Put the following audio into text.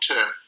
term